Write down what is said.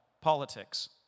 politics